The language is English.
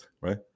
right